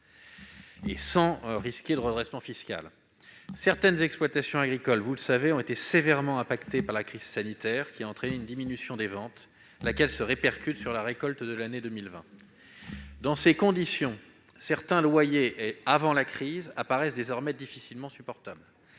ce sans risquer de redressement fiscal. Certaines exploitations agricoles ont été sévèrement impactées par la crise sanitaire, qui a entraîné une diminution des ventes, laquelle se répercute sur la récolte de l'année 2020. Dans ces conditions, certains loyers fixés avant la crise apparaissent désormais difficilement supportables.